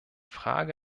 frage